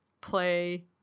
play